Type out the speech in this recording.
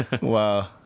Wow